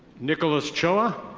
nicholas choa.